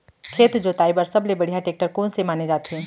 खेत जोताई बर सबले बढ़िया टेकटर कोन से माने जाथे?